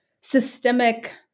systemic